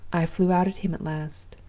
i flew out at him at last.